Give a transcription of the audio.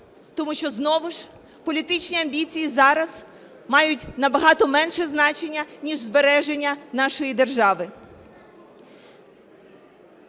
тому що знову ж політичні амбіції зараз мають набагато менше значення ніж збереження нашої держави.